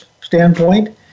standpoint